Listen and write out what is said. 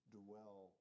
dwell